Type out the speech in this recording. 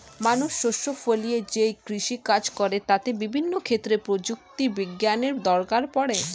মানুষ শস্য ফলিয়ে যেই কৃষি কাজ করে তাতে বিভিন্ন ক্ষেত্রে প্রযুক্তি বিজ্ঞানের দরকার পড়ে